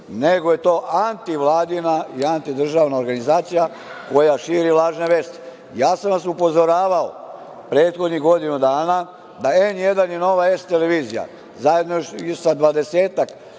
nego je to antivladina i antidržavna organizacija, koja širi lažne vesti. Ja sam vas upozoravao, prethodnih godinu dana, da N1 i Nova S televizija, zajedno i sa dvadesetak